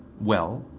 well?